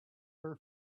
her